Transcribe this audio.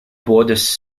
borders